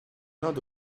надо